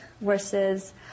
versus